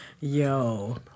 Yo